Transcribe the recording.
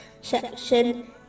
section